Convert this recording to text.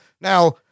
Now